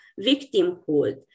victimhood